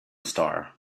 star